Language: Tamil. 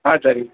ஆ சரி